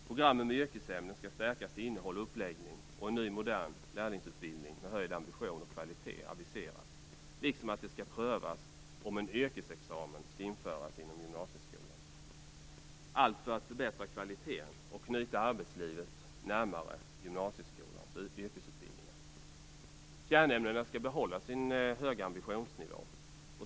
Programmen med yrkesämnen skall stärkas till innehåll och uppläggning, och en ny modern lärlingsutbildning med höjd ambition och kvalitet aviseras. Det skall också prövas om en yrkesexamen skall införas inom gymnasieskolan, allt för att förbättra kvaliteten och knyta arbetslivet närmare gymnasieskolans yrkesutbildningar. Kärnämnena skall behålla sin höga ambitionsnivå.